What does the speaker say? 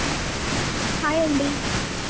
hi అండి